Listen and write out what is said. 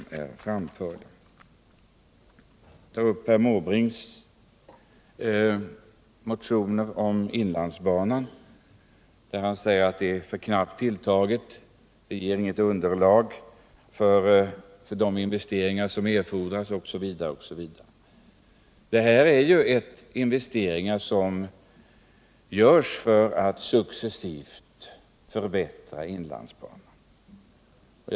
Herr Måbrink säger i sin motion om inlandsbanan att medlen är för knappt tilltagna och inte ger något underlag för de investeringar som erfordras osv. Det gäller investeringar som görs för att successivt förbättra inlandsbanan.